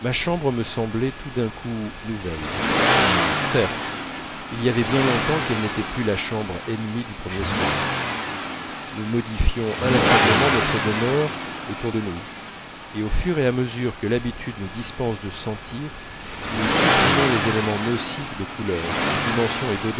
chambre me semblait tout d'un coup nouvelle certes il y avait bien longtemps qu'elle n'était plus la chambre ennemie du premier soir nous modifions inlassablement notre demeure autour de nous et au fur et à mesure que l'habitude nous dispense de sentir nous supprimons les éléments nocifs de couleur de dimension